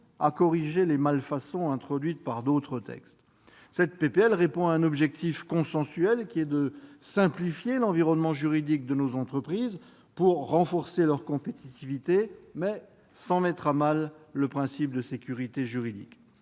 à corriger les malfaçons introduites par d'autres textes. Cette proposition de loi répond à un objectif consensuel, à savoir simplifier l'environnement juridique de nos entreprises pour renforcer leur compétitivité, mais sans mettre à mal le principe de sécurité juridique.